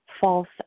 false